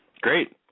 Great